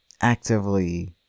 actively